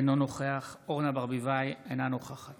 אינו נוכח אורנה ברביבאי, אינה נוכחת